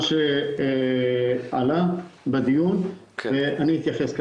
מה שעלה בדיון ואני אתייחס.